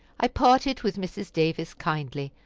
i parted with mrs. davis kindly,